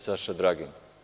Saša Dragin.